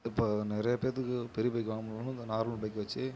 இப்போ நிறைய பேத்துக்கு பெரிய பைக் வாங்கமுடில்லனாலும் இந்த நார்மல் பைக்கை வச்சி